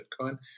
Bitcoin